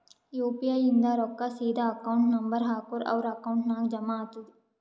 you P I ಇಂದ್ ರೊಕ್ಕಾ ಸೀದಾ ಅಕೌಂಟ್ ನಂಬರ್ ಹಾಕೂರ್ ಅವ್ರ ಅಕೌಂಟ್ ನಾಗ್ ಜಮಾ ಆತುದ್